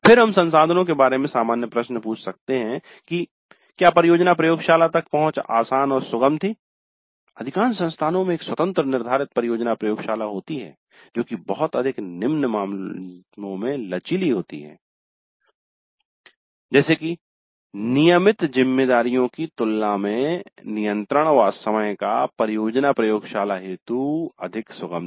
फिर हम संसाधनों के बारे में सामान्य प्रश्न पूछ सकते हैं की क्या परियोजना प्रयोगशाला तक पहुंच आसान और सुगम थी अधिकांश संस्थानों में एक स्वतंत्र निर्धारित परियोजना प्रयोगशाला होती है जो की दिए गए बहुत से मामलो में अधिक लचीली होती है जैसे कि नियमित जिम्मेदारियों की तुलना में नियंत्रण व समय का परियोजना प्रयोगशाला हेतु अधिक सुगमता